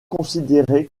considérés